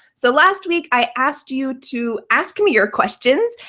so last week, i asked you to ask me your questions,